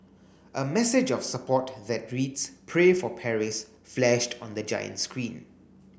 a message of support that reads Pray for Paris flashed on the giant screen